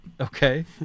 Okay